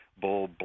Bull